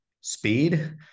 speed